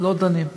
לא דנים.